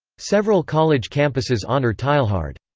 several college campuses honor teilhard.